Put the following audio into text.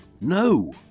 No